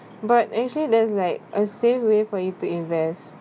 but actually there's like a safe way for you to invest